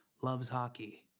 loves hockey.